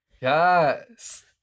Yes